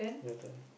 noted